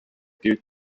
gilt